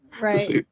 right